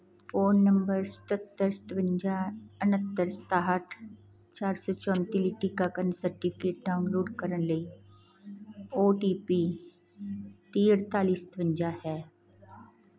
phone number ਸਤੱਤਰ ਸਤਵੰਜਾ ਉਣਹੱਤਰ ਸਤਾਹਠ ਛਿਆਸੀ ਚੌਂਤੀ ਲਈ ਟੀਕਾਕਰਨ ਸਰਟੀਫਿਕੇਟ ਡਾਊਨਲੋਡ ਕਰਨ ਲਈ ਓ ਟੀ ਪੀ ਤੀਹ ਅਠਤਾਲੀ ਸਤਵੰਜਾ ਹੈ